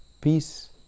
peace